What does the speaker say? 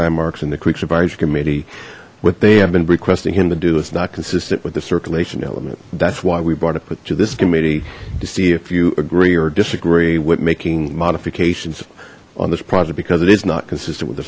landmarks and the creeks advisory committee what they have been requesting him to do that's not consistent with the circulation element that's why we brought it to this committee to see if you agree or disagree with making modifications on this project because it is not consistent with the